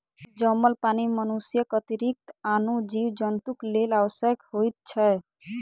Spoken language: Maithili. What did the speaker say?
जमल पानि मनुष्यक अतिरिक्त आनो जीव जन्तुक लेल आवश्यक होइत छै